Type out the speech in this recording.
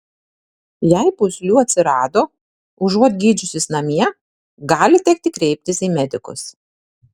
jei pūslių atsirado užuot gydžiusis namie gali tekti kreiptis į medikus